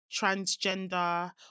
transgender